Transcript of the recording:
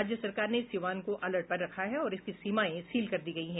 राज्य सरकार ने सिवान को अलर्ट पर रखा है और इसकी सीमाएं सील कर दी गयी हैं